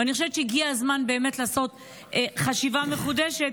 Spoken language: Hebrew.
ואני חושבת שהגיע הזמן באמת לעשות חשיבה מחודשת.